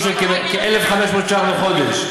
בסכום של כ-1,500 ש"ח לחודש.